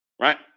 right